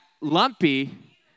Lumpy